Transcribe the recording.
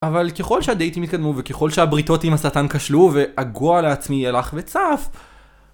אבל ככל שהדייטים התקדמו וככל שהבריתות עם השטן כשלו והגועל על עצמי הלך וצף...